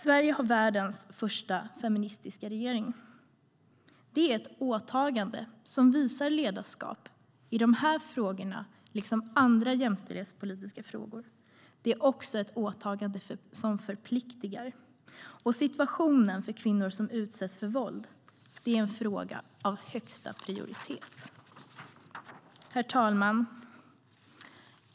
Sverige har världens första feministiska regering. Det är ett åtagande som visar ledarskap i de här frågorna liksom i andra jämställdhetspolitiska frågor. Det är också ett åtagande som förpliktar. Situationen för kvinnor som utsätts för våld är en fråga av högsta prioritet. Herr talman!